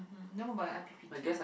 no but I_P_P_T